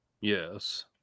Yes